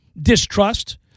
distrust